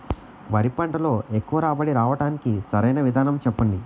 వరి పంటలో ఎక్కువ రాబడి రావటానికి సరైన విధానం చెప్పండి?